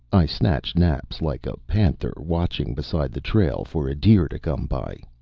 i snatch naps like a panther watching beside the trail for a deer to come by.